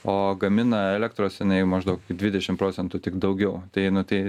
o gamina elektros jinai maždaug dvidešimt procentų tik daugiau tai nu tai